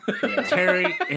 Terry